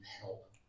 help